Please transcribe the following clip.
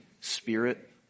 spirit